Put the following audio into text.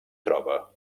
troba